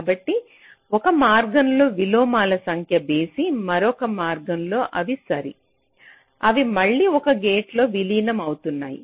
కాబట్టి ఒక మార్గంలో విలోమాల సంఖ్య బేసి మరొక మార్గం లో అవి సరి అవి మళ్ళీ ఒక గేటులో విలీనం అవుతున్నాయి